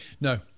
No